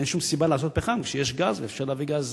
אין שום סיבה לפחם כשיש גז, ואפשר להביא גז